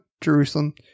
Jerusalem